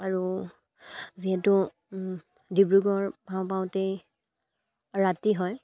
আৰু যিহেতু ডিব্ৰুগড় পাওঁ পাওঁতেই ৰাতি হয়